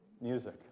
music